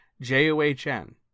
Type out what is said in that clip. J-O-H-N